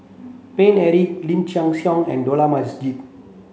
Paine Eric Lim Chin Siong and Dollah Majid